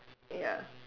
ya